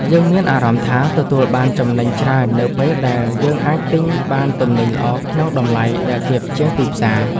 យើងមានអារម្មណ៍ថាទទួលបានចំណេញច្រើននៅពេលដែលយើងអាចទិញបានទំនិញល្អក្នុងតម្លៃដែលទាបជាងទីផ្សារ។